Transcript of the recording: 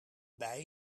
bij